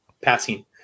passing